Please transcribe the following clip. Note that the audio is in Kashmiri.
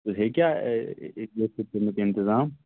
ہیٚکیٛاہ گٔژھِتھ تٔمیُک اِنتِظام